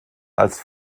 als